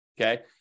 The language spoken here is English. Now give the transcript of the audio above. okay